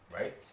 Right